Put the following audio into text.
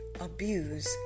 abuse